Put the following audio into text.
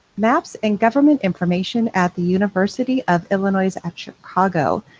maps and government information at the university of illinois at chicago.